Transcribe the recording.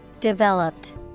developed